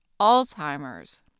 Alzheimer's